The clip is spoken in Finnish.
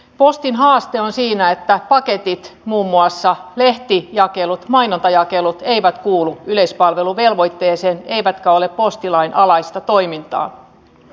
postin haaste on siinä että paketit muun muassa lehtijakelut mainontajakelut eivät kuulu yleispalveluvelvoitteeseen eivätkä ole postilain alaista toimintaa